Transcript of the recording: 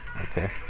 Okay